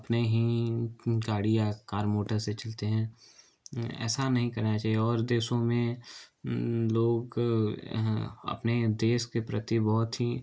अपने ही गाड़ी या कार मोटर से चलते हैं ऐसा नहीं करना चाहिए और देशों में लोग अपने देश के प्रति बहुत ही